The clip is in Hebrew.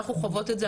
אנחנו חוות את זה,